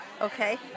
Okay